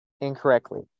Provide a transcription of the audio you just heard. incorrectly